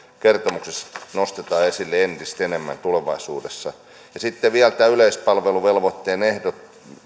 kertomuksissa nostetaan esille entistä enemmän tulevaisuudessa sitten on vielä nämä yleispalveluvelvoitteen ehdot